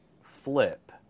flip